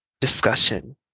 discussion